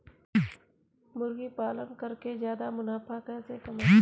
मुर्गी पालन करके ज्यादा मुनाफा कैसे कमाएँ?